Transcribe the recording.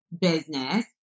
business